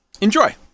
enjoy